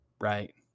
right